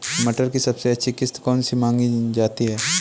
मटर की सबसे अच्छी किश्त कौन सी मानी जाती है?